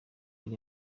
ari